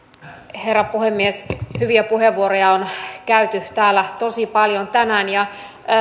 herra puhemies hyviä puheenvuoroja on käytetty täällä tosi paljon tänään